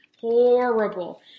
Horrible